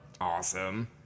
Awesome